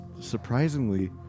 surprisingly